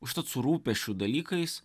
užtat su rūpesčių dalykais